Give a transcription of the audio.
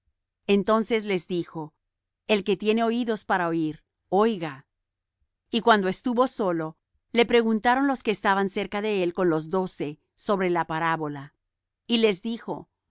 entonces les dijo el que tiene oídos para oir oiga y cuando estuvo solo le preguntaron los que estaban cerca de él con los doce sobre la parábola y les dijo